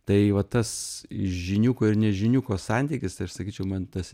tai va tas žiniuko ir nežiniuko santykis aš sakyčiau man tas